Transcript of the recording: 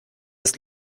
ist